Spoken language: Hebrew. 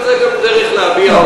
אבל זו גם דרך להביע,